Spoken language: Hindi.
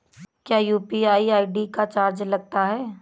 क्या यू.पी.आई आई.डी का चार्ज लगता है?